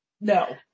No